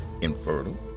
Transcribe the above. infertile